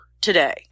today